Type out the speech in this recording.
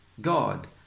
God